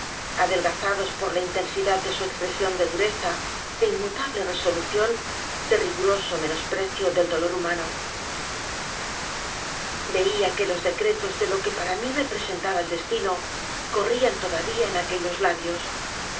grotesco adelgazados por la intensidad de su expresión de dureza de inmutable resolución de riguroso menosprecio del dolor humano veía que los decretos de lo que para mí representaba el destino corrían todavía en aquellos labios